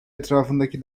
etrafındaki